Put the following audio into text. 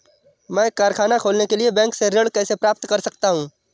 मैं कारखाना खोलने के लिए बैंक से ऋण कैसे प्राप्त कर सकता हूँ?